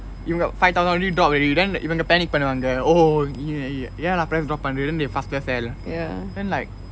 இவங்க:ivanga five thousand வெள்ளி:velli drop value then இவங்க:ivanga panic பன்னுவாங்க:pannuvaanga oh ஏன் ஏன் ஏன்:yean yean yean lah price drop பன்னுது:pannuthu then they faster sell then they like